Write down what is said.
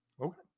Okay